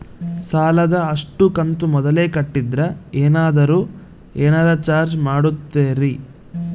ಸಾಲದ ಅಷ್ಟು ಕಂತು ಮೊದಲ ಕಟ್ಟಿದ್ರ ಏನಾದರೂ ಏನರ ಚಾರ್ಜ್ ಮಾಡುತ್ತೇರಿ?